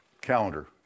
calendar